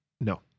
No